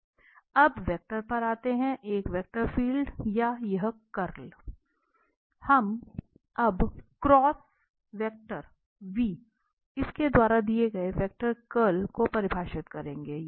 अब वेक्टर पर आते हुए एक वेक्टर फील्ड का यह कर्ल हम अब इसके द्वारा दिए गए वेक्टर के कर्ल को परिभाषित करेंगे